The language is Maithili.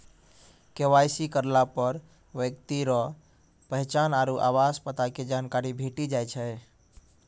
के.वाई.सी करलापर ब्यक्ति रो पहचान आरु आवास पता के जानकारी भेटी जाय छै